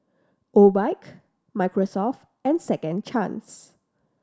Obike Microsoft and Second Chance